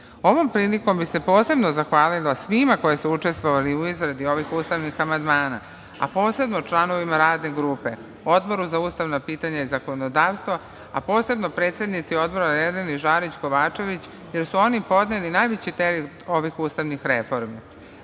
prilikom bi se posebno zahvalila svima koji su učestvovali u izradu ovih ustavnih amandmana, posebno članovima radne grupe, Odboru za ustavna pitanja i zakonodavstvo, i posebno predsednici Odbora Jeleni Žarić Kovačević, jer su oni podneli najveći teret ovih ustavnih reformi. Rad